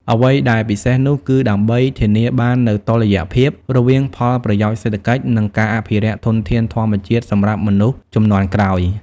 អ្វីដែលពិសេសនោះ គឺដើម្បីធានាបាននូវតុល្យភាពរវាងផលប្រយោជន៍សេដ្ឋកិច្ច និងការអភិរក្សធនធានធម្មជាតិសម្រាប់មនុស្សជំនាន់ក្រោយ។